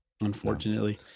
unfortunately